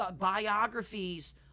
biographies